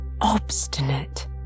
Obstinate